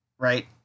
Right